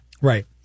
Right